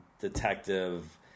Detective